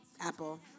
Apple